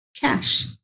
cash